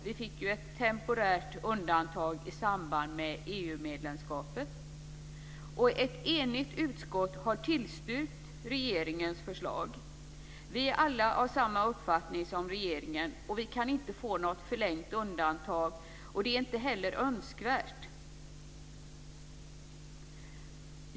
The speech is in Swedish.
Vi fick ju ett temporärt undantag i samband med EU Ett enigt utskott har tillstyrkt regeringens förslag. Vi är alla av samma uppfattning som regeringen. Och vi kan inte få något förlängt undantag, och det är inte heller önskvärt.